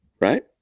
Right